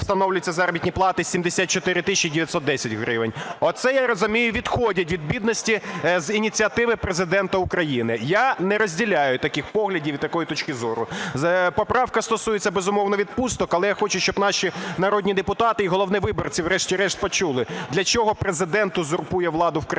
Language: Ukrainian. встановлюються заробітні плати 74 тисячі 910 гривень. Оце я розумію, відходять від бідності з ініціативи Президента України. Я не розділяю таких поглядів і такої точки зору. Поправка стосується, безумовно, відпусток. Але я хочу, щоб наші народні депутати і, головне, виборці врешті-решт почули, для чого Президент узурпує владу в країні